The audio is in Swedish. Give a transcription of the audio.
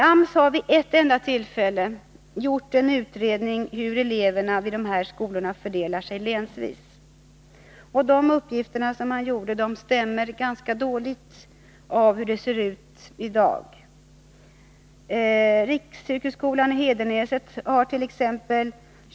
AMS har vid ett enda tillfälle gjort en utredning av hur eleverna vid dessa skolor fördelar sig länsvis. De uppgifter man då fick fram stämmer ganska dåligt med hur det ser ut i dag. I riksyrkesskolan i Hedenäsetärt.ex.